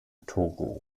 togo